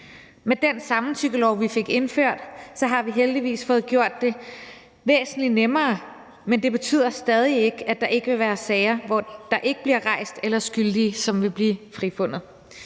Med den samtykkelov, vi fik indført, har vi heldigvis fået gjort det væsentlig nemmere, men det betyder ikke, at der ikke stadig vil være sager, der ikke bliver rejst, eller skyldige, som bliver frifundet.